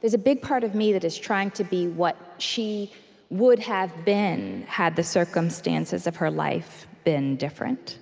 there's a big part of me that is trying to be what she would have been, had the circumstances of her life been different.